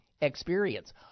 experience